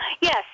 Yes